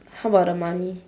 how about the money